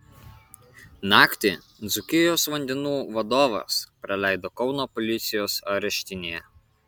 naktį dzūkijos vandenų vadovas praleido kauno policijos areštinėje